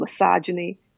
misogyny